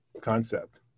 concept